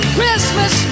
Christmas